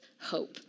hope